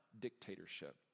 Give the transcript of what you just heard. dictatorship